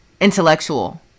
intellectual